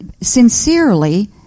sincerely